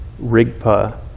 Rigpa